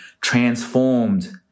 transformed